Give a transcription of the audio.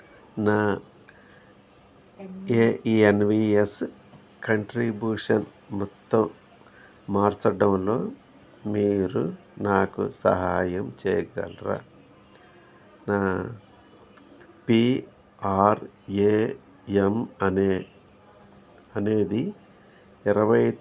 నా ఏ NVS contribution మొత్తం మార్చటంలో మీరు నాకు సహాయం చేయగలరా నా పీఆర్ఏఎం అనే అనేది ఇరవై